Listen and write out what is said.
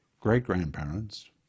great-grandparents